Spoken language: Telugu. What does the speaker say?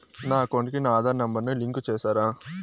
నా అకౌంట్ కు నా ఆధార్ నెంబర్ ను లింకు చేసారా